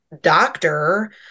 doctor